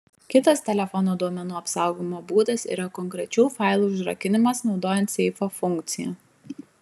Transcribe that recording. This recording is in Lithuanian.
kitas telefono duomenų apsaugojimo būdas yra konkrečių failų užrakinimas naudojant seifo funkciją